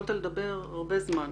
יכולת לדבר הרבה זמן.